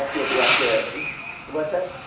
you'll be up here what's that?